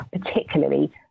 particularly